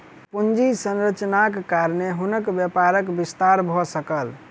पूंजी संरचनाक कारणेँ हुनकर व्यापारक विस्तार भ सकल